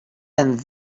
and